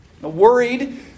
Worried